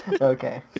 okay